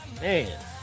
Man